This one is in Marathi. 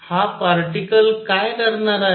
तर हा पार्टीकल काय करणार आहे